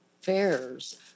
fairs